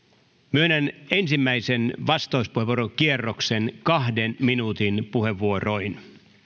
myönnän ensimmäisen vastauspuheenvuorokierroksen kahden minuutin puheenvuoroin